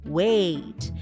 wait